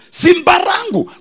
simbarangu